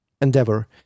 endeavor